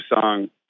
song